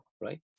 right